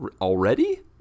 already